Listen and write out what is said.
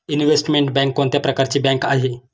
Investment bank कोणत्या प्रकारची bank आहे?